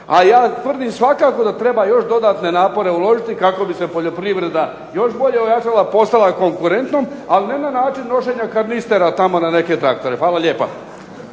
a ja tvrdim svakako da treba još dodatne napore uložiti kako bi se poljoprivreda još bolje ojačala, postala konkurentnom, ali ne način nošenja karnistera tamo na neke traktore. Hvala lijepa.